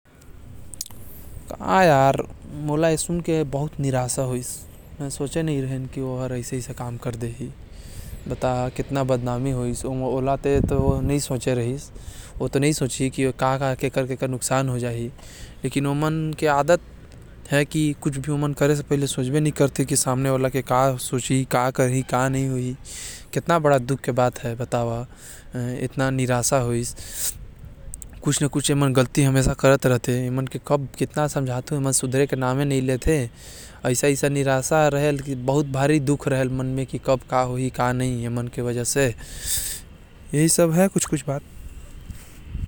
मोला ए खबर सुन के बहुत निराशा होइस। मोके लगे नही रहिस की ओ हर ऐसा करहि, कितना बदनामी होइस। एमन एक बार भी नही सोचिन की सामने वाला के कितना नुकसान होही अउ दुख लागहि।